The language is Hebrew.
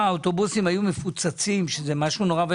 והאוטובוסים היו מפוצצים שזה משהו נורא.